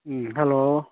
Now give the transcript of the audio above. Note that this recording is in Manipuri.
ꯎꯝ ꯍꯜꯂꯣ